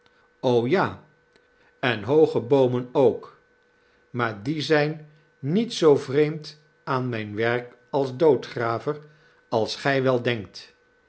ja en hooge boomen ook maar die zijn niet zoo vreemd aan mijn werk als doodgraver als gij wel denkt